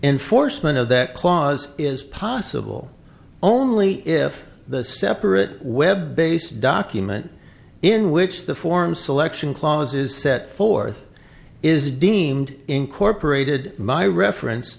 enforcement of that clause is possible only if the separate web based document in which the form selection clause is set forth is deemed incorporated by reference